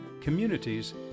communities